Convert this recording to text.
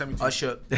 usher